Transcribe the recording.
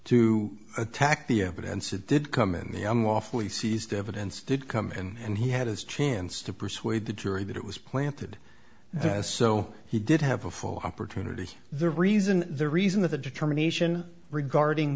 to attack the evidence it did come in the i'm lawfully seized the evidence did come in and he had his chance to persuade the jury that it was planted that is so he did have a full opportunity the reason the reason that the determination regarding